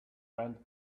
went